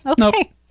Okay